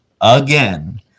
again